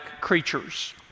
creatures